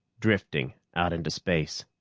drifting out into space.